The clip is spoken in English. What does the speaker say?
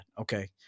Okay